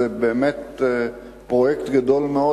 זה באמת פרויקט גדול מאוד,